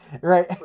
right